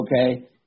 okay